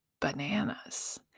bananas